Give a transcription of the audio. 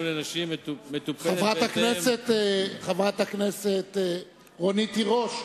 לנשים מטופלת חברת הכנסת רונית תירוש,